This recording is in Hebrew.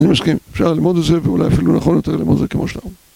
אני מסכים, אפשר ללמוד את זה, ואולי אפילו נכון יותר ללמוד את זה כמו שאתה אומר.